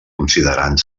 considerant